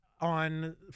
on